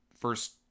first